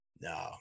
No